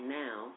now